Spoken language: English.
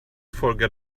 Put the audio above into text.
forget